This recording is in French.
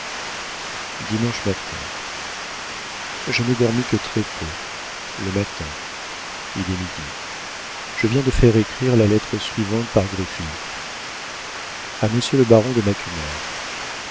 matin je n'ai dormi que très peu le matin il est midi je viens de faire écrire la lettre suivante par griffith a monsieur le baron de macumer